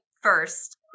first